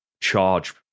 charge